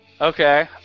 Okay